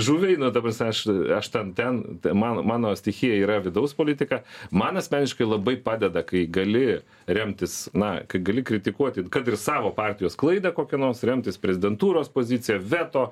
žuviai na ta prasme aš aš ten ten man mano stichija yra vidaus politika man asmeniškai labai padeda kai gali remtis na kai gali kritikuoti kad ir savo partijos klaidą kokią nors remtis prezidentūros pozicija veto